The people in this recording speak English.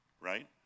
right